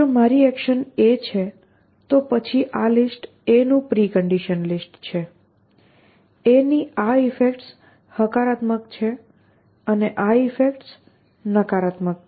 જો મારી action A છે તો પછી આ લિસ્ટ A નું પ્રિકન્ડિશન લિસ્ટ છે A ની આ ઇફેક્ટ્સ હકારાત્મક છે અને આ ઇફેક્ટ્સ A ની નકારાત્મક છે